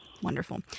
wonderful